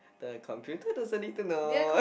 the computer doesn't need to know